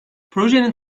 projenin